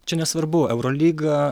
čia nesvarbu eurolyga